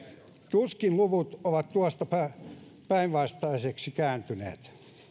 tuskin luvut ovat tuosta päinvastaisiksi kääntyneet